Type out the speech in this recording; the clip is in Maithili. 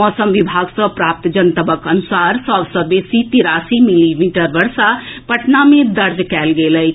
मौसम विभाग सऽ प्राप्त जनतबक अनुसार सभ सऽ बेसी तिरासी मिलीमीटर वर्षा पटना मे दर्ज कएल गेल अछि